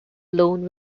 lone